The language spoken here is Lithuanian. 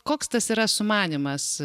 koks tas yra sumanymas